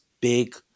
big